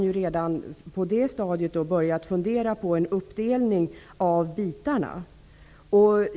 Redan på det stadiet har man börjat fundera på en uppdelning av projektet.